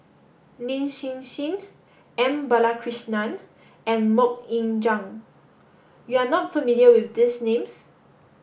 Lin Hsin Hsin M Balakrishnan and Mok Ying Jang you are not familiar with these names